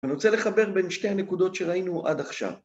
אני רוצה לחבר בין שתי הנקודות שראינו עד עכשיו.